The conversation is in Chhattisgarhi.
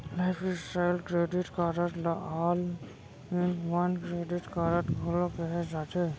लाईफस्टाइल क्रेडिट कारड ल all in one credit card घलो केहे जाथे